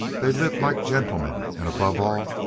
they lived like gentlemen, and, above all,